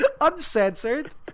Uncensored